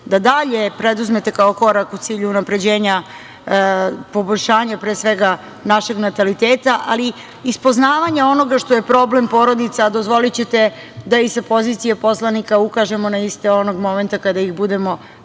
da dalje preduzmete kao korak u cilju unapređenja poboljšanja pre svega našeg nataliteta, ali iz poznavanja onoga što je problem porodice, a dozvolićete da i sa pozicije poslanika ukažemo na iste onog momenta kada ih budemo prepoznali